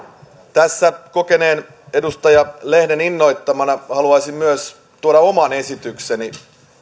tässä kokeneen edustaja lehden innoittamana haluaisin tuoda myös oman esitykseni